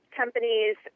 companies